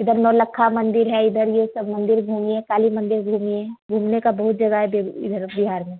इधर नौलक्खा मन्दिर है इधर यह सब मन्दिर घूमिए काली मन्दिर घूमिए घूमने की बहुत जगह है इधर बिहार में